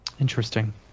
Interesting